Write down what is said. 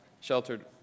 sheltered